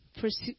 pursue